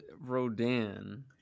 Rodan